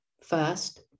first